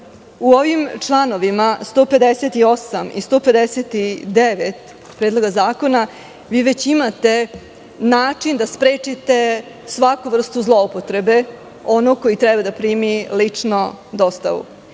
ovim članovima 158. i 159. Predloga zakona vi već imate način da sprečite svaku vrstu zloupotrebe onog koji treba da primi lično dostavu.